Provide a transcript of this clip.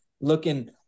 looking